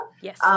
Yes